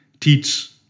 teach